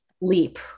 leap